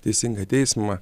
teisingą teismą